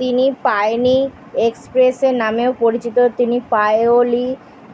তিনি পায়নি এক্সপ্রেসের নামেও পরিচিত তিনি পায়োলি